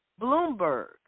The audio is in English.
Bloomberg